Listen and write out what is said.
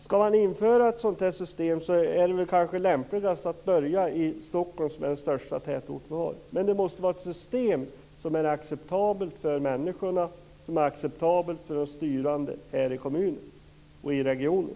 Skall man införa ett sådant här system är det kanske lämpligast att börja i Stockholm, som är den största tätort vi har. Men det måste vara ett system som är acceptabelt för människorna och som är acceptabelt för de styrande här i kommunen och i regionen.